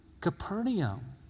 Capernaum